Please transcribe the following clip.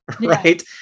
right